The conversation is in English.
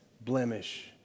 blemish